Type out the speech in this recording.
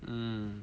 mm